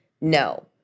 no